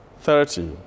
thirty